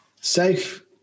Safe